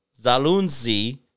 Zalunzi